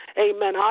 amen